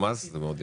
זה מאוד יפה.